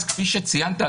אז כפי שציינת,